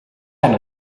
tant